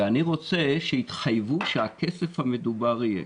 ואני רוצה שיתחייבו שהכסף המדובר יהיה.